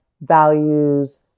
values